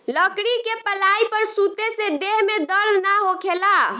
लकड़ी के पलाई पर सुते से देह में दर्द ना होखेला